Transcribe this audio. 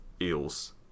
Eels